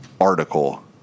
article